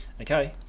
Okay